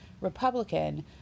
Republican